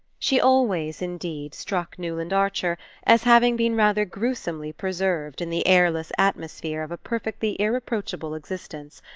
she always, indeed, struck newland archer as having been rather gruesomely preserved in the airless atmosphere of a perfectly irreproachable existence,